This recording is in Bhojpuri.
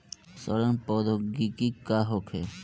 सड़न प्रधौगिकी का होखे?